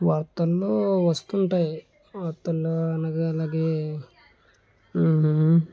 వార్తలలో వస్తుంటాయి వార్తలలో అనగా ఆలగే